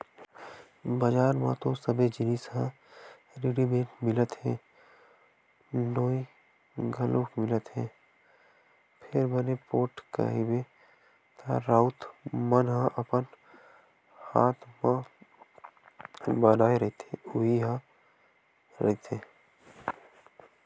बजार म तो सबे जिनिस ह रेडिमेंट मिलत हे नोई घलोक मिलत हे फेर बने पोठ कहिबे त राउत मन ह अपन हात म बनाए रहिथे उही ह रहिथे